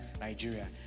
Nigeria